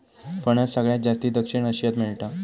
फणस सगळ्यात जास्ती दक्षिण आशियात मेळता